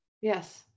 Yes